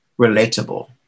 relatable